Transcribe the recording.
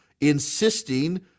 insisting